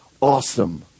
awesome